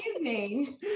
amazing